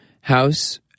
house